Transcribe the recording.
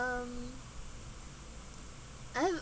um I have